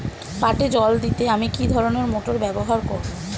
পাটে জল দিতে আমি কি ধরনের মোটর ব্যবহার করব?